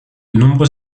nombreux